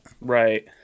Right